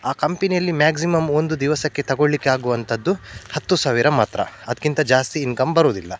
ಆ ಕಂಪೆನಿಯಲ್ಲಿ ಮ್ಯಾಕ್ಸಿಮಮ್ ಒಂದು ದಿವಸಕ್ಕೆ ತೊಗೊಳ್ಳಿಕ್ಕೆ ಆಗುವಂಥದ್ದು ಹತ್ತು ಸಾವಿರ ಮಾತ್ರ ಅದಕ್ಕಿಂತ ಜಾಸ್ತಿ ಇನ್ಕಮ್ ಬರೋದಿಲ್ಲ